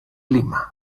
lima